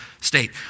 state